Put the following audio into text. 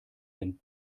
wenn